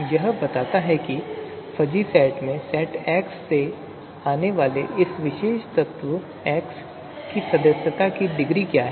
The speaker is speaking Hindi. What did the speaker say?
यह बताता है कि फजी सेट में सेट एक्स से आने वाले इस विशेष तत्व एक्स की सदस्यता की डिग्री क्या है